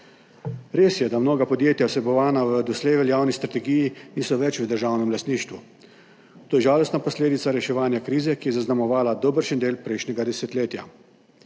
Res je, da mnoga podjetja, vsebovana v doslej veljavni strategiji, niso več v državnem lastništvu. To je žalostna posledica reševanja krize, ki je zaznamovala dobršen del prejšnjega desetletja.